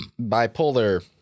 bipolar